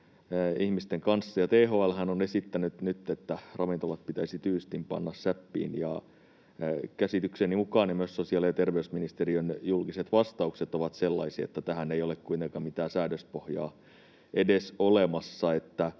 ihmisten kanssa. THL:hän on esittänyt nyt, että ravintolat pitäisi tyystin panna säppiin. Käsitykseni mukaan — ja myös sosiaali‑ ja terveysministeriön julkiset vastaukset ovat sellaisia — tähän ei ole kuitenkaan mitään säädöspohjaa edes olemassa.